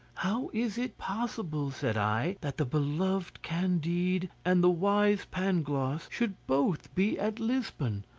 how is it possible, said i, that the beloved candide and the wise pangloss should both be at lisbon,